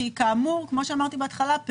שכמו שאמרתי בהתחלה,